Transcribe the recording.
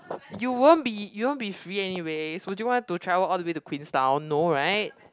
you won't be you won't be free anyways would you want to travel all the way to Queenstown no right